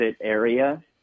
area